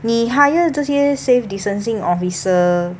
你你 hire 这些 safe distancing officer